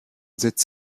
sitz